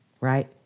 right